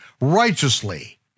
righteously